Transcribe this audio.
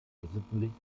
wesentlichen